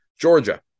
Georgia